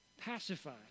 pacified